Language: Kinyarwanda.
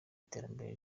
iterambere